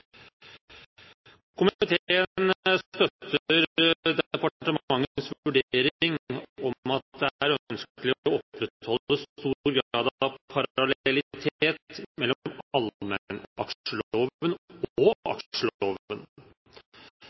Komiteen støtter departementets vurdering om at det er ønskelig å opprettholde stor grad av parallellitet mellom allmennaksjeloven og